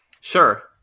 Sure